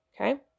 Okay